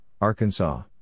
Arkansas